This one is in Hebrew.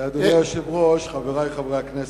אדוני היושב-ראש, חברי חברי הכנסת,